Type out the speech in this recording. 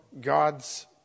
God's